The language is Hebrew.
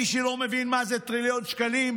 מי שלא מבין מה זה טריליון שקלים,